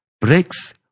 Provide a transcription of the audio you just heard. breaks